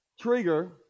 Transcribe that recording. trigger